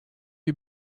you